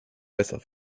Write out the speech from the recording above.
besser